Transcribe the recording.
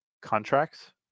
contracts